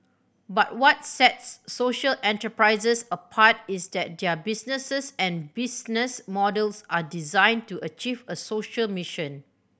but what sets social enterprises apart is that their businesses and business models are designed to achieve a social mission